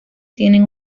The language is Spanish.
tienen